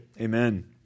Amen